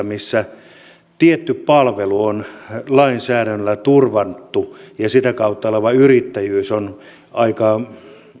missä tietty palvelu on lainsäädännöllä turvattu ja sitä kautta oleva yrittäjyys on aika